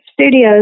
Studios